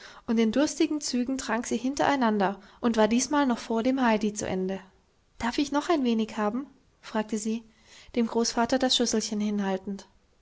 und in durstigen zügen trank sie hintereinander und war diesmal noch vor dem heidi zu ende darf ich noch ein wenig haben fragte sie dem großvater das schüsselchen hinhaltend